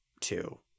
two